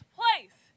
place